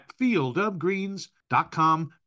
fieldofgreens.com